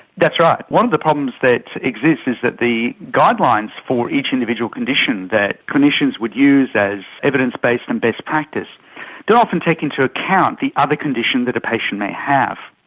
that's right. one of the problems that exist is that the guidelines for each individual condition that clinicians would use as evidence based and best practice don't often take into account the other condition that a patient may have.